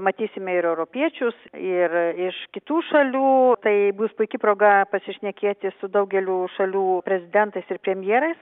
matysime ir europiečius ir iš kitų šalių tai bus puiki proga pasišnekėti su daugelių šalių prezidentais ir premjeras